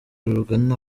rugana